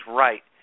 right